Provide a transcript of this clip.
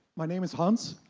my name is hans.